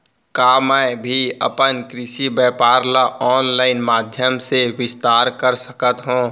का मैं भी अपन कृषि व्यापार ल ऑनलाइन माधयम से विस्तार कर सकत हो?